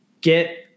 get